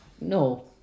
No